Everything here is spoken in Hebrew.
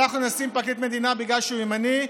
אנחנו נשים פרקליט מדינה בגלל שהוא ימני,